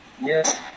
Yes